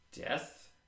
death